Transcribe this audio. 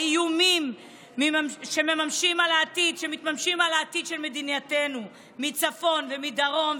האיומים שמתרגשים על העתיד של מדינתנו מצפון ומדרום,